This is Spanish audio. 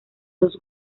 dos